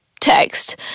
text